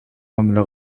мамиле